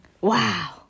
Wow